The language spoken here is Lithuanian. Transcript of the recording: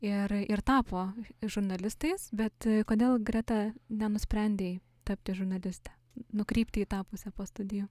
ir ir tapo žurnalistais bet kodėl greta nenusprendei tapti žurnaliste nukrypti į tą pusę po studijų